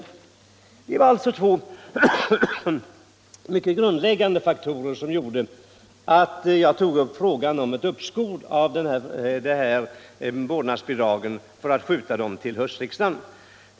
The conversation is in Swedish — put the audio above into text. Detta var alltså de två grundläggande faktorer som gjorde att jag tog upp frågan om ett uppskov till höstriksdagen med behandlingen av detta ärende.